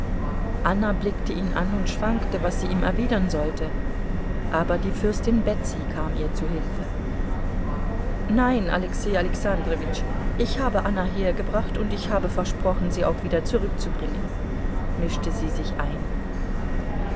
anna blickte ihn an und schwankte was sie ihm erwidern sollte aber die fürstin betsy kam ihr zu hilfe nein alexei alexandrowitsch ich habe anna hergebracht und ich habe versprochen sie auch wieder zurückzubringen mischte sie sich ein